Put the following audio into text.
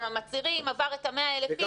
עבר את ה-100,000 איש.